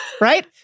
Right